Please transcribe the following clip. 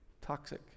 Toxic